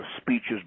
speeches